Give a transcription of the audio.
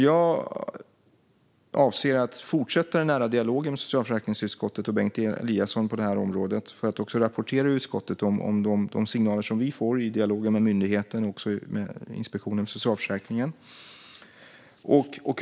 Jag avser att fortsätta den nära dialogen med socialförsäkringsutskottet och Bengt Eliasson på detta område och rapportera i utskottet om de signaler vi får i dialogen med myndigheten och med Inspektionen för socialförsäkringen.